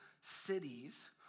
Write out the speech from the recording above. cities